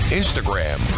instagram